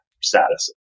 status